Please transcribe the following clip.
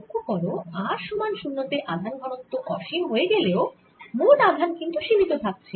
লক্ষ্য করো r সমান 0 তে আধান ঘনত্ব অসীম হয়ে গেলেও মোট আধান কিন্তু সীমিত থাকছে